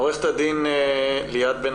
עורכת הדין ליאת בן